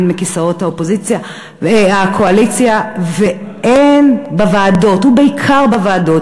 הן מכיסאות הקואליציה והן בוועדות ובעיקר בוועדות,